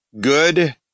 good